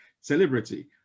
celebrity